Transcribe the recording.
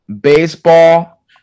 baseball